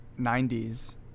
90s